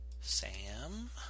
Sam